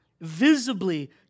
visibly